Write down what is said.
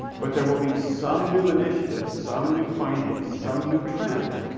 but there will be some new initiative, some new finding, some new trend.